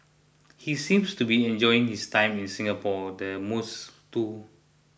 he seems to be enjoying his time in Singapore the most too